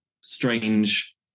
strange